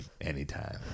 Anytime